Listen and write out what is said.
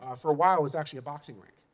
ah for a while it was actually a boxing ring.